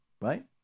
Right